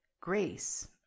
Grace